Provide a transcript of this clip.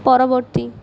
ପରବର୍ତ୍ତୀ